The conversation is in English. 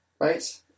right